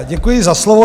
Děkuji za slovo.